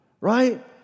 right